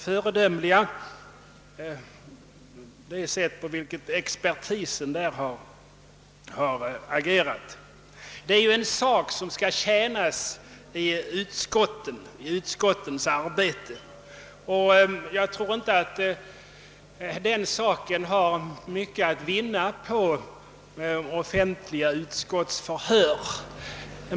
Detsamma gäller om det sätt på vilket expertisen där har agerat. Det är ju saken som är det viktiga i utskottets arbete. Jag tror inte det är mycket att vinna på offentliga utskottsförhör.